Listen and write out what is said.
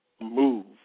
move